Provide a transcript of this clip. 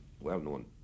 well-known